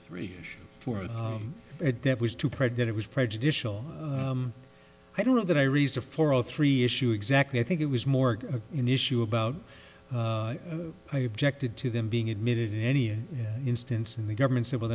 three or four at that was too proud that it was prejudicial i don't know that i reserve for all three issue exactly i think it was more of an issue about i objected to them being admitted in any instance in the government civil